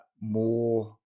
more